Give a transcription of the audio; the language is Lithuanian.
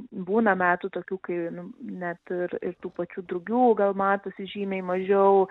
būna metų tokių kai nu net ir ir tų pačių drugių gal matosi žymiai mažiau